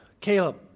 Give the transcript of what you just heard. Caleb